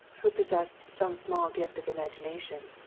who possessed some small gift of imagination,